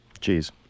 cheese